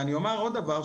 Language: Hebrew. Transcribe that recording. ואני אומר עוד דבר,